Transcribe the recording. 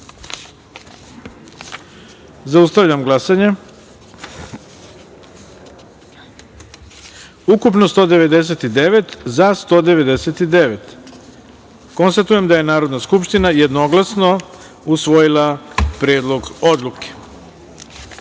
taster. Zaustavljam glasanje: ukupno 199, za – 199.Konstatujem da je Narodna skupština jednoglasno usvojila Predlog odluke. Dame